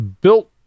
built